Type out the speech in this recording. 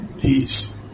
peace